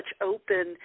open